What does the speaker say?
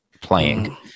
playing